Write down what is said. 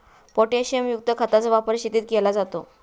पोटॅशियमयुक्त खताचा वापर शेतीत केला जातो